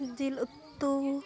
ᱡᱤᱞ ᱩᱛᱩ